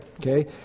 okay